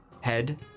head